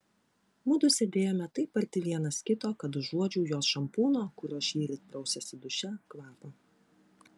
mudu sėdėjome taip arti vienas kito kad užuodžiau jos šampūno kuriuo šįryt prausėsi duše kvapą